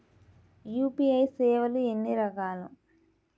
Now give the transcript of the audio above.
UPI సేవలు ఎన్నిరకాలు?